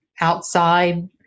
outside